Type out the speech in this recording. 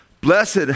Blessed